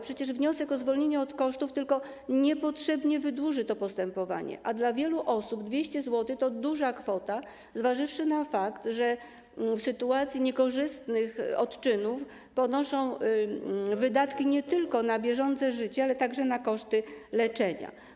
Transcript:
Przecież wniosek o zwolnienie od kosztów tylko niepotrzebnie wydłuży to postępowanie, a dla wielu osób 200 zł to duża kwota, zważywszy na fakt, że w sytuacji niekorzystnych odczynów ponoszą wydatki nie tylko na bieżące życie, ale także na koszty leczenia.